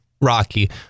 Rocky